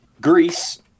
Greece